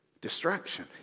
Distraction